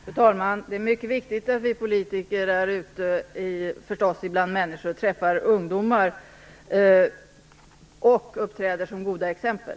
Fru talman! Det är förstås mycket viktigt att vi politiker är ute bland människor, träffar ungdomar och uppträder som goda exempel.